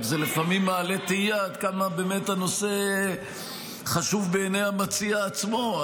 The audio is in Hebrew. זה רק לפעמים מעלה תהייה עד כמה הנושא חשוב בעיני המציע עצמו.